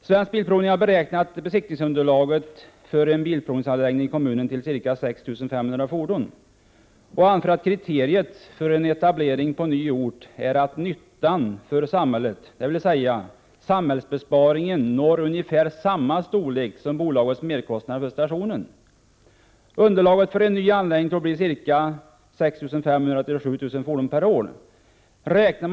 Svensk Bilprovning har beräknat besiktningsunderlaget för en bilprovningsanläggning i kommunen till ca 6 500 fordon och anför att kriteriet för en 103 etablering på ny ort är att nyttan för samhället, dvs. samhällsbesparingen, når ungefär samma storlek som bolagets merkostnader för stationen. Underlaget i Årjäng för en ny anläggning blir 6 500-7 000 fordon per år.